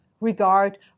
regard